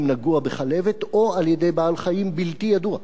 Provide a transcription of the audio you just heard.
נגוע בכלבת או על-ידי בעל-חיים בלתי ידוע.